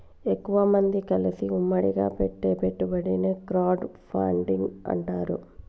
ఎక్కువమంది కలిసి ఉమ్మడిగా పెట్టే పెట్టుబడిని క్రౌడ్ ఫండింగ్ అంటారు